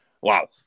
Wow